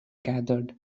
gathered